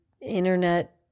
Internet